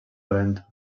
dolenta